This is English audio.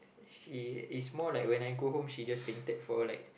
she is more like when I go home she just fainted for like